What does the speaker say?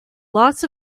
lots